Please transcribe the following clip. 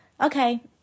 okay